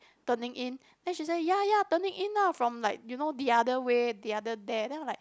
turning in then she say ya ya turning in lah from like you know the other way the other there then I was like